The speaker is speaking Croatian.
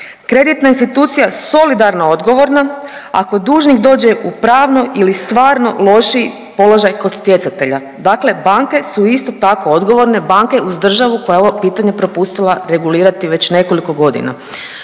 kreditna institucija solidarno odgovorna ako dužnik dođe u pravno ili stvarno lošiji položaj kod stjecatelja, dakle banke su isto tako odgovorne, banke uz državu koja je ovo pitanje propustila regulirati već nekoliko godina.